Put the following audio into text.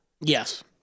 Yes